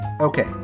Okay